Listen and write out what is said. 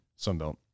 Sunbelt